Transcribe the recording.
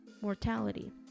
mortality